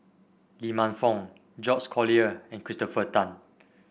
Lee Man Fong Georges Collyer and Christopher Tan